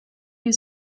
you